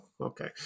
Okay